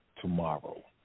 tomorrow